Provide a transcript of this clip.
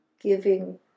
giving